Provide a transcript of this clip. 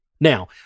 Now